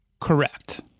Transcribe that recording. Correct